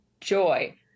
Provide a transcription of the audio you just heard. joy